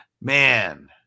Man